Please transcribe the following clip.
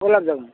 ଗୋଲାପଜାମୁ